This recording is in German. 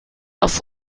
auf